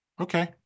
Okay